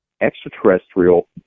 extraterrestrial